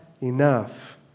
enough